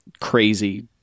crazy